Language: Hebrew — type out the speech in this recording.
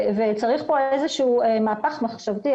צריך כאן איזשהו מהפך מחשבתי.